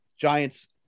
Giants